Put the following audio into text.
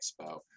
Expo